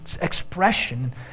expression